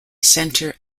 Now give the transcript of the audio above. centre